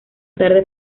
tarde